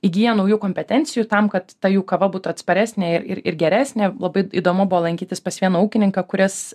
įgyja naujų kompetencijų tam kad ta jų kava būtų atsparesnė ir ir ir geresnė labai įdomu buvo lankytis pas vieną ūkininką kuris